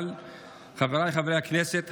אבל חבריי חברי הכנסת,